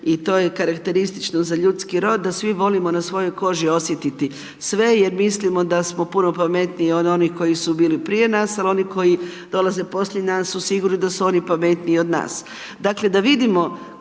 i to je karakteristično za ljudskih rod da svi volimo na svojoj koži osjetiti sve jer mislimo da smo puno pametniji od onih koji su bili prije nas ali oni koji dolaze poslije nas su sigurni da su oni pametniji od nas.